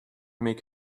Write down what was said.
make